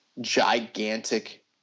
gigantic